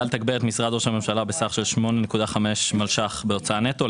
הממשלה בסך של 8.5 מיליון ₪ בהוצאה נטו,